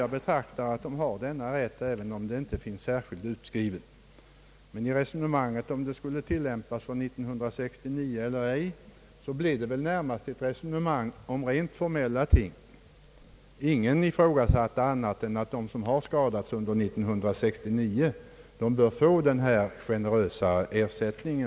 Jag anser att regeringen har denna rätt även om den inte finns särskilt utskriven. Resonemanget huruvida bestämmelserna skulle tillämpas från år 1969 eller ej blev i utskottet närmast ett resonemang om rent formella ting. Ingen ifrågasatte annat än att de som har skadats under år 1969 bör få den generösare ersättningen.